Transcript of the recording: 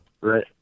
right